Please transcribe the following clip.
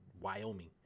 Wyoming